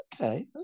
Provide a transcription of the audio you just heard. okay